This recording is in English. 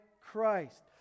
Christ